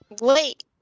wait